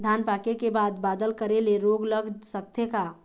धान पाके के बाद बादल करे ले रोग लग सकथे का?